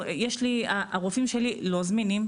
הרופאים שלי לא זמינים,